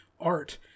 art